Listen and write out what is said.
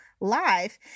live